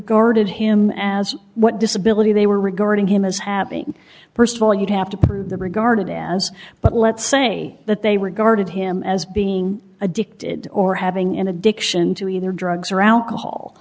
regarded him as what disability they were regarding him as having st of all you'd have to prove the regarded as but let's say that they regarded him as being addicted or having an addiction to either drugs or alcohol